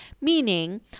Meaning